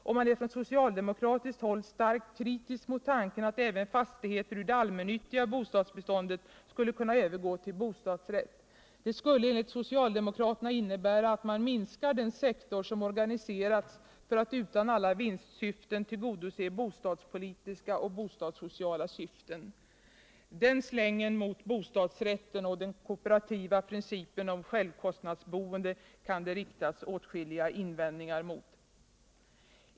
och man är från socialdemokratiskt håll starkt kritisk mot tanken att även fastigheter ur det allmännyttiga bostadsbeståndet skulle kunna övergå till bostadsrätt. Det skulle, enligt socialdemokraterna, innebära att man minskar den sektor som organiserats för att utan alla vinstsyften tillgodose bostadspolitiska och bostadssociala syften. Den slängen mot bostadsrätten och den kooperativa principen om självkostnadsboende kan det riktas åtskilliga invändningar mot.